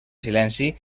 silenci